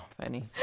funny